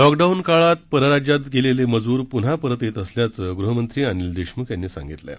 lockdown काळात परराज्यात गेलेले मजूर पुन्हा परत येत असल्याचं गृहमंत्री अनिल देशमुख यांनी सांगितलं आहे